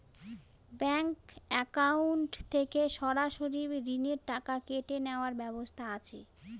Bank account থেকে সরাসরি ঋণের টাকা কেটে নেওয়ার ব্যবস্থা আছে?